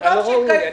מה לא ראוי?